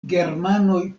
germanoj